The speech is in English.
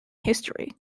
history